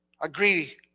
agree